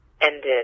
ended